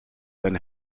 then